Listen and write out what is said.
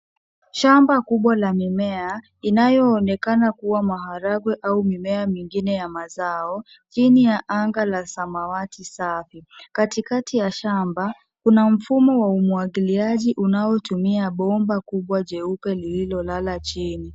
Shamba kubwa la mimea inayoonekana kuwa maharagwe au mimea mengine ya mazao, chini ya anga la samawati safi. Katikati ya shamba kuna mfumo wa umwagiliaji unaotumia bomba kubwa jeupe lililolala chini.